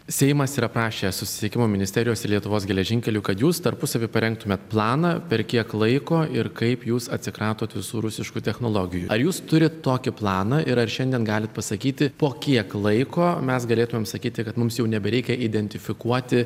seimas yra prašęs susisiekimo ministerijos ir lietuvos geležinkelių kad jūs tarpusavy parengtume planą per kiek laiko ir kaip jūs atsikratot visų rusiškų technologijų ar jūs turit tokį planą ir ar šiandien galit pasakyti po kiek laiko mes galėtumėm sakyti kad mums jau nebereikia identifikuoti